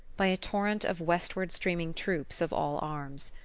by a torrent of westward-streaming troops of all arms.